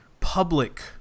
public